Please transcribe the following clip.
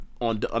on